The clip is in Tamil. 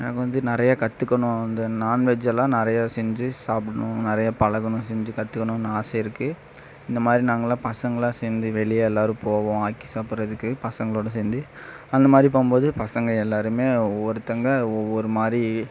எனக்கு வந்து நிறையா கற்றுக்கணும் இந்த நாண்வெஜ் எல்லாம் நிறையா செஞ்சு சாப்புடணும் நிறையா பழகணும் செஞ்சு கற்றுக்கணுன்னு ஆசை இருக்குது இந்த மாதிரி நாங்கள்லாம் பசங்கள்லாம் சேர்ந்து வெளியே எல்லாரும் போவோம் ஆக்கி சாப்புடறதுக்கு பசங்களோடய சேர்ந்து அந்த மாதிரி போகும் போது பசங்க எல்லாரும் ஒவ்வொருத்தங்க ஒவ்வொரு மாதிரி